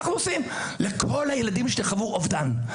אנחנו עושים לכל הילדים שחוו אובדן.